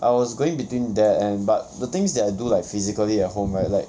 I was going between that and but the things that I do like physically at home right like